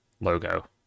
logo